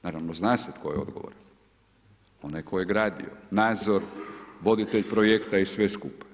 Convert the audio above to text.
Naravno zna se tko je odgovoran, onaj tko je gradio, nadzor, voditelj projekta i sve skupa.